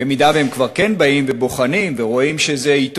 אם הם כבר כן באים ובוחנים ורואים שהם עיתונאים,